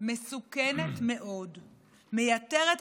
מסוכנת מאוד, מייתרת את בג"ץ,